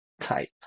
type